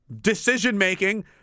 decision-making